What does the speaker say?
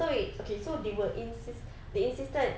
so we okay so they were insist they insisted